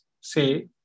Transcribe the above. say